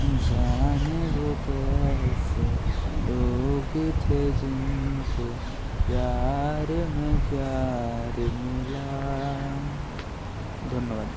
ধন্যবাদ